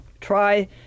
try